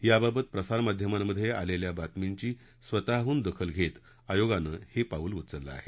याबाबत प्रसारमाध्यमांमधे आलेल्या बातमींची स्वतःहून दखल घेत आयोगानं हे पाऊल उचललं आहे